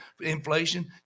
inflation